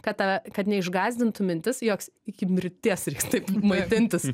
kad tave kad neišgąsdintų mintis joks iki mirties reiks taip maitintis